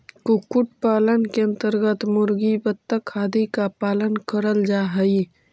कुक्कुट पालन के अन्तर्गत मुर्गी, बतख आदि का पालन करल जा हई